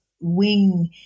wing